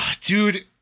Dude